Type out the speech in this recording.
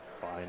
Fine